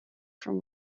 from